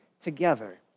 together